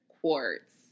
quartz